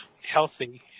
healthy